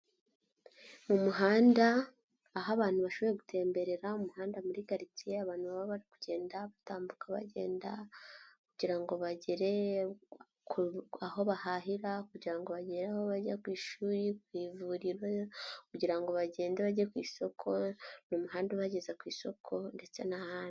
Mu muhanda aho abantu bashoboye gutemberera umuhanda muri karitsiye abantu baba bari kugenda batambuka, bagenda kugira ngo bagere aho bahahira kugira ngo bagere aho bajya ku ishuri ku ivuriro kugira ngo bagende bajye ku isoko. Mu muhanda ubageza ku isoko ndetse n'ahandi.